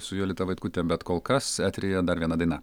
su jolita vaitkute bet kol kas eteryje dar viena daina